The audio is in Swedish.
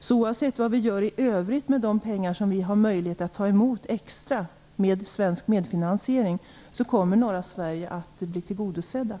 Så oavsett vad vi gör i övrigt med de pengar som vi har möjlighet att ta emot extra och som innebär svensk medfinansiering, kommer norra Sverige att bli tillgodosett.